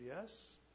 Yes